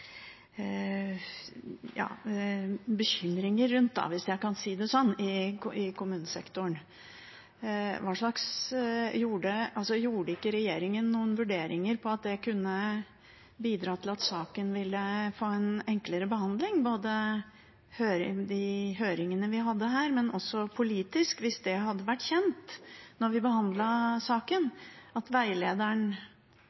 bekymringer rundt – hvis jeg kan si det slik – i kommunesektoren. Gjorde ikke regjeringen noen vurderinger av at det kunne bidra til at saken ville få en enklere behandling, både de høringene vi hadde her, og også politisk, hvis det hadde vært kjent da vi behandlet saken?